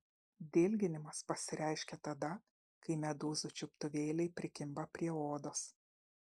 dilginimas pasireiškia tada kai medūzų čiuptuvėliai prikimba prie odos